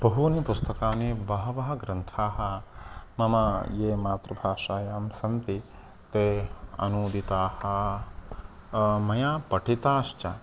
बहूनि पुस्तकानि बहवः ग्रन्थाः मम ये मातृभाषायां सन्ति ते अनूदिताः मया पठिताश्च